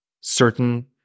certain